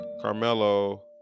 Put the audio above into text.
Carmelo